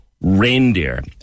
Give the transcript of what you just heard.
reindeer